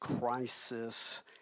crisis